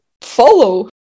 follow